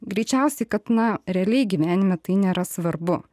greičiausiai kad na realiai gyvenime tai nėra svarbu